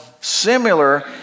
similar